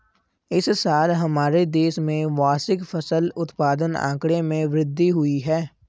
इस साल हमारे देश में वार्षिक फसल उत्पादन आंकड़े में वृद्धि हुई है